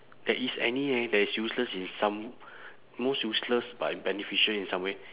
there is any eh that is useless in some most useless but beneficial in some way